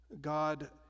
God